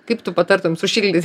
kaip tu patartum sušildyt